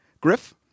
Griff